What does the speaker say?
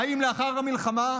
האם לאחר המלחמה,